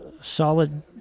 solid